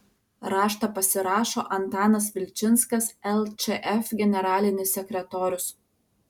raštą pasirašo antanas vilčinskas lčf generalinis sekretorius